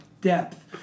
depth